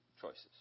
choices